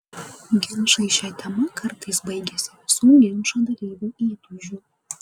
ginčai šia tema kartais baigiasi visų ginčo dalyvių įtūžiu